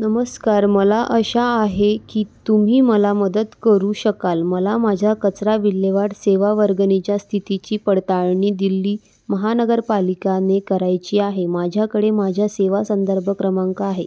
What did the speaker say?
नमस्कार मला आशा आहे की तुम्ही मला मदत करू शकाल मला माझ्या कचरा विल्हेवाट सेवा वर्गणीच्या स्थितीची पडताळणी दिल्ली महानगरपालिकाने करायची आहे माझ्याकडे माझ्या सेवा संदर्भ क्रमांक आहे